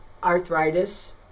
arthritis